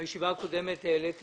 בישיבה הקודמת,